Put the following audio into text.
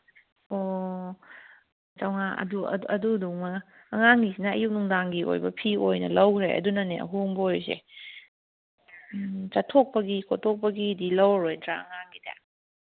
ꯑꯣ ꯆꯧꯉꯥ ꯑꯗꯨꯗꯨꯃꯒ ꯑꯉꯥꯡꯒꯤꯁꯤꯅ ꯑꯌꯨꯛ ꯅꯨꯡꯗꯥꯡꯒꯤ ꯑꯣꯏꯕ ꯐꯤ ꯑꯣꯏꯅ ꯂꯧꯈ꯭ꯔꯦ ꯑꯗꯨꯅꯅꯦ ꯑꯍꯣꯡꯕ ꯑꯣꯏꯔꯤꯁꯦ ꯆꯠꯊꯣꯛꯄꯒꯤ ꯈꯣꯠꯇꯣꯛꯄꯒꯤꯗꯤ ꯂꯧꯔꯔꯣꯏꯗ꯭ꯔꯥ ꯑꯉꯥꯡꯒꯤꯗꯤ